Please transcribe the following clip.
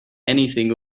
anything